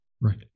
Right